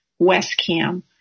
Westcam